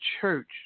church